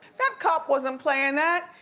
that cop wasn't playin' that,